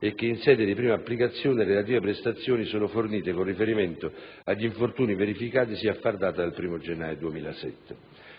e che «in sede di prima applicazione, le relative prestazioni sono fornite con riferimento agli infortuni verificatisi a far data dal 1° gennaio 2007».